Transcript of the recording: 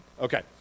okay